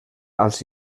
als